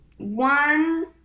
One